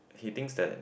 he thinks that